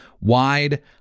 wide